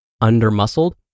under-muscled